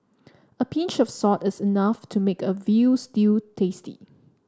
a pinch of salt is enough to make a veal stew tasty